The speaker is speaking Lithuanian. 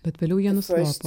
bet vėliau jie nuslopo